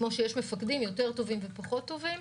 כמו שיש מפקדים יותר טובים ופחות טובים,